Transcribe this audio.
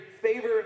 favor